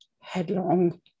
headlong